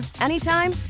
anytime